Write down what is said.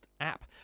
app